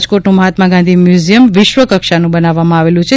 રાજકોટનું Mahatma Gandhi museum વિશ્વકક્ષાનું બનાવવામાં આવેલું છે